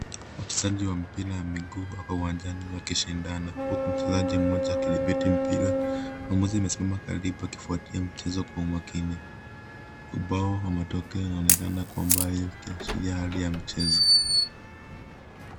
Wachezaji wa mpira ya miguu wako uwanjani wakishindana, huku mchezaji mmoja akidhibiti mpira. Muamuzi amesimama karibu akifuatilia mchezo kwa umakini. Ubao wa matokeo unaonekana kwa umbali, ukiashiria hali ya mchezo.